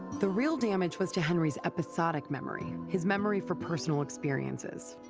the real damage was to henry's episodic memory his memory for personal experiences.